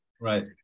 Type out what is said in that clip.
Right